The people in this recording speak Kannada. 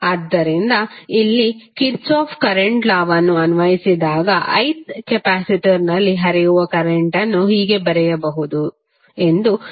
ಆದ್ದರಿಂದ ಇಲ್ಲಿ ಕಿರ್ಚಾಫ್ ಕರೆಂಟ್ ಲಾವನ್ನು ಅನ್ವಯಿಸಿದಾಗ ith ಕೆಪಾಸಿಟರ್ನಲ್ಲಿ ಹರಿಯುವ ಕರೆಂಟ್ ಅನ್ನು ಹೀಗೆ ಬರೆಯಬಹುದು ಎಂದು ತಿಳಿದಿದೆ